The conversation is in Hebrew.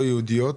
רוויזיה.